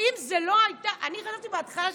אני חשבתי בהתחלה: